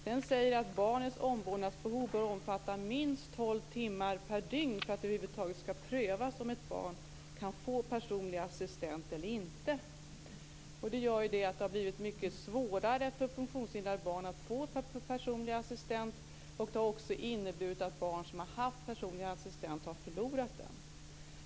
Där sägs att barnens omvårdnadsbehov bör omfatta minst tolv timmar per dygn för att det över huvud taget skall prövas om ett barn kan få personlig assistent eller inte. Det gör att det har blivit mycket svårare för funktionshindrade barn att få personlig assistent, och det har också inneburit att barn som har haft personlig assistent har förlorat den.